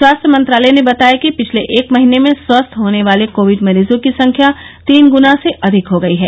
स्वास्थ्य मंत्रालय ने बताया कि पिछले एक महीने में स्वस्थ होने वाले कोविड मरीजों की संख्या तीन गुना से अधिक हो गयी है